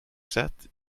sept